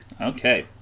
Okay